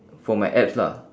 for my abs lah